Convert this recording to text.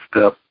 step